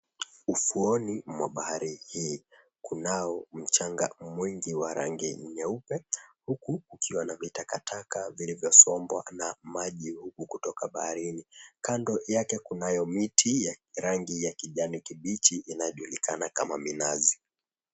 Ufuoni mwa bahari hii kunao mchanga mwingi wa rangi nyeupe huku ikiwa na vitakataka vilivyo sombwa na maji kutoka baharini kando yake, kunayo miti ya rangi ya kijani kibichi inayojulikana kama minazi.